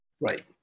right